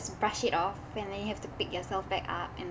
brush it off and then you have to pick yourself back up and then